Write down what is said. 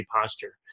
posture